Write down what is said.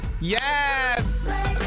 Yes